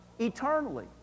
eternally